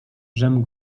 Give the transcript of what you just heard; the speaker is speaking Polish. żem